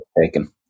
taken